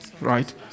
Right